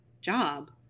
job